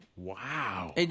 Wow